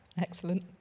Excellent